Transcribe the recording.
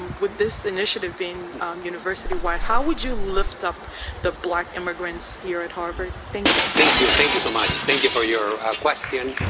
with this initiative being university-wide, how would you lift up the black immigrants here at harvard? thank you. thank you, thank you so much. thank you for your question.